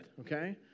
okay